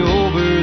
over